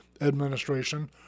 administration